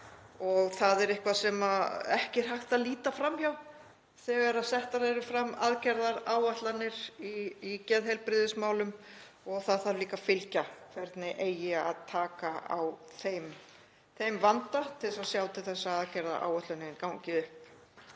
og það er eitthvað sem ekki er hægt að líta fram hjá þegar settar eru fram aðgerðaáætlanir í geðheilbrigðismálum og það þarf líka að fylgja hvernig eigi að taka á þeim vanda til að sjá til þess að aðgerðaáætlunin gangi upp.